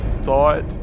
thought